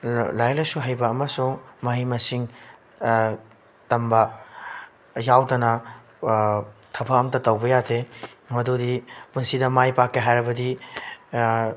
ꯂꯥꯏꯔꯤꯛ ꯂꯥꯏꯁꯨ ꯍꯩꯕ ꯑꯃꯁꯨꯡ ꯃꯍꯩ ꯃꯁꯤꯡ ꯇꯝꯕ ꯌꯥꯎꯗꯅ ꯊꯕꯛ ꯑꯝꯇ ꯇꯧꯕ ꯌꯥꯗꯦ ꯃꯗꯨꯗꯤ ꯄꯨꯟꯁꯤꯗ ꯃꯥꯏ ꯄꯥꯛꯀꯦ ꯍꯥꯏꯔꯕꯗꯤ